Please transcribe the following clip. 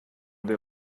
they